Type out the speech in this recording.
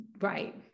right